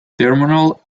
terminal